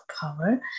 power